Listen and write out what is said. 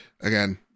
Again